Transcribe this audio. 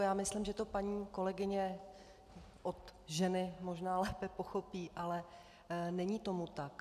Já myslím, že to paní kolegyně od ženy možná lépe pochopí, ale není tomu tak.